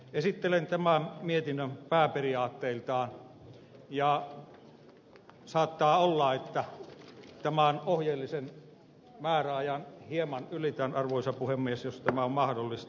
esittelen tämän mietinnön pääperiaatteiltaan ja saattaa olla että ohjeellisen määräajan hieman ylitän arvoisa puhemies jos tämä on mahdollista